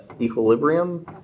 equilibrium